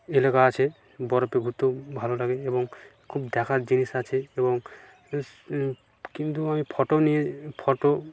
এলাকা আছে বরফে ঘুরতেও ভালো লাগে এবং খুব দেখার জিনিস আছে এবং কিন্তু আমি ফটো নিয়ে ফটো